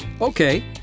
Okay